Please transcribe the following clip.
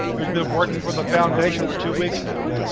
who's been working for the foundation for two weeks now.